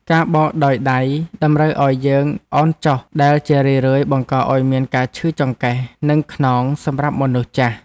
ការបោកដោយដៃតម្រូវឱ្យយើងអោនចុះដែលជារឿយៗបង្កឱ្យមានការឈឺចង្កេះ និងខ្នងសម្រាប់មនុស្សចាស់។